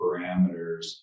parameters